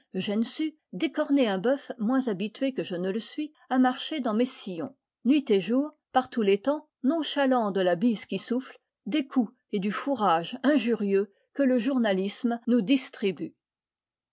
décorné un bœuf moins habitué que je ne le suis à marcher dans mes sillons nuit et jour par tous les temps nonchalant de la bise qui souffle des coups et du fourrage injurieux que le journalisme nous distribue